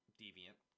deviant